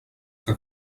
que